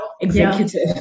executive